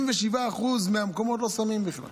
77% מהמקומות לא שמים בכלל.